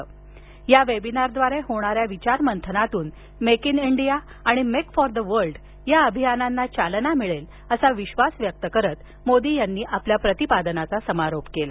आजच्या वेबिनारद्वारे होणाऱ्या विचारमंथनातून मेक इन इंडिया आणि मेक फॉर द वर्ल्ड या अभियानांना चालना मिळेल असा विश्वास व्यक्त करीत मोदी यांनी आपल्या प्रतिपादनाचा समारोप केला